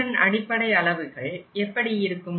இதன் அடிப்படை அளவுகள் எப்படி இருக்கும்